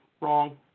wrong